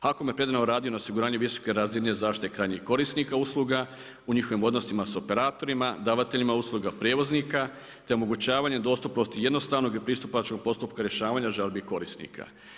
HAKOM je predano radio na osiguranju visoke razine zaštite krajnjih korisnika usluga, u njihovim odnosima sa operatorima, davateljima usluga prijevoznika te omogućavanje dostupnosti jednostavnog i pristupačnog postupka rješavanja žalbi i korisnika.